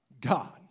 God